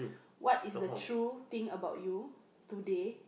what is the true thing about you today